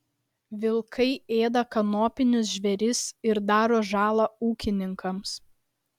vilkai ėda kanopinius žvėris ir daro žalą ūkininkams